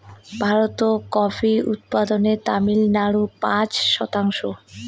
ভারতত কফি উৎপাদনে তামিলনাড়ু পাঁচ শতাংশ